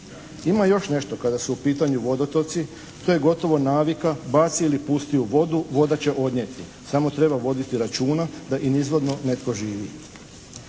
Ima još nešto kada su u pitanju vodotoci to je gotovo navika baci ili pusti u vodu, voda će odnijeti. Samo treba voditi računa da i nizvodno netko živi.